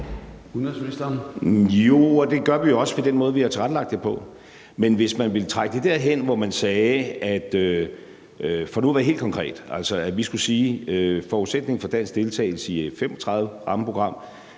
det gør vi også ved den måde, vi har tilrettelagt det på. Men hvis man, for nu at være helt konkret, vil trække det derhen, hvor vi skulle sige, at forudsætningen for dansk deltagelse i F-35-rammeprogrammet